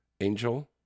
Angel